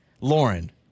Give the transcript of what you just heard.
Lauren